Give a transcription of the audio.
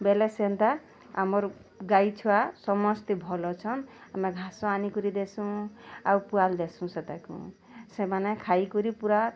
ବେଲେ ସେନ୍ତା ଆମର୍ ଗାଈ ଛୁଆ ସମସ୍ତେ ଭଲ୍ ଅଛନ୍ ଆମେ ଘାସ ଆଣିକରି ଦେସୁଁ ଆଉ ପୁଆଲ୍ ଦେସୁଁ ସେ ତାକୁଁ ସେମାନେ ଖାଇକରି ପୁରା